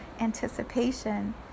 anticipation